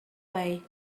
way